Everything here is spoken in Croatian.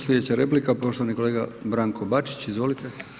Sljedeće replika poštovani kolega Branko Bačić, izvolite.